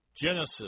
Genesis